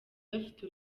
bafite